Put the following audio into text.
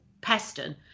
Peston